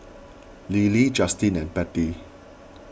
Lilly Justine and Patty